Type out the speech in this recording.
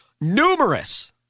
numerous